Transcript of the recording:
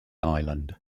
island